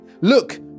Look